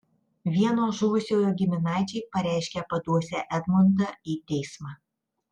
vieno žuvusiojo giminaičiai pareiškė paduosią edmundą į teismą